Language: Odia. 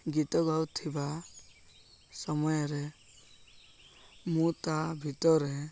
ଗୀତ ଗାଉଥିବା ସମୟରେ ମୁଁ ତା' ଭିତରେ